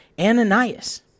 Ananias